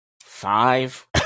five